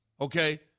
Okay